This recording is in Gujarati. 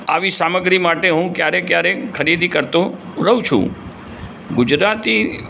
આવી સામગ્રી માટે હું ક્યારેક ક્યારેક ખરીદી કરતો રહું છુ ગુજરાતી